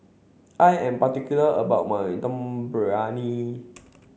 I am particular about my Dum Briyani